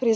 pri